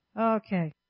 Okay